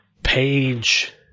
Page